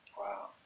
Wow